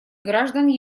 граждан